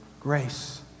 Grace